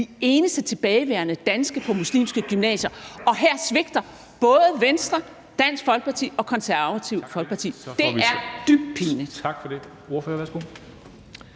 de eneste tilbageværende danske på muslimske gymnasier, og her svigter både Venstre, Dansk Folkeparti og Det Konservative Folkeparti. Det er dybt